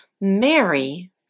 Mary